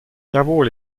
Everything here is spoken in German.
jawohl